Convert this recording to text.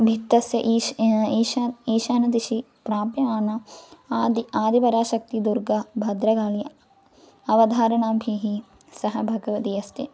भित्तस्य ईशः ईशान् ईशान्यदिशि प्राप्यमानः आदि आदिपराशक्तिदुर्गा भद्रगाळि अवतारणाभिः सः भगवती अस्ति